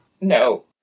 No